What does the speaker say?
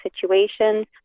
situations